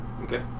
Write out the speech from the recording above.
Okay